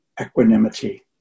Equanimity